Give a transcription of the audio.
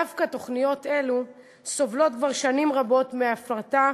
דווקא תוכניות אלו סובלות כבר שנים רבות מהפרטה,